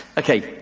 okay,